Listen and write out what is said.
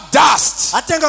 dust